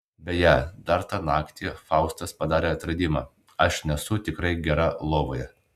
beje dar tą naktį faustas padarė atradimą aš nesu tikrai gera lovoje